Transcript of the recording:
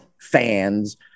fans